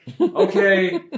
Okay